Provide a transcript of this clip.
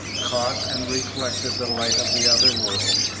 caught and reflected the light of the other world,